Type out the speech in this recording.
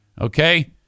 Okay